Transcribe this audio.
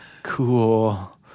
Cool